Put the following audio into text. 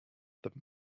them